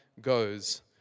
goes